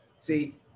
See